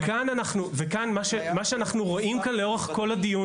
מה שאנחנו רואים כאן לאורך כל הדיון,